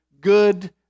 good